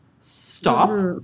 stop